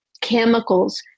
chemicals